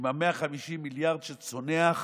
עם ה-150 מיליארד שצונח,